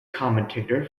commentator